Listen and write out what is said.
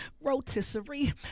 rotisserie